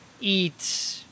eat